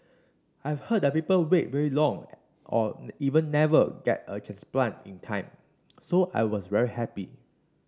I've heard that people wait really long or even never get a transplant in time so I was very happy